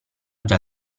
già